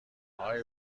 آقای